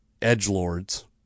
edgelords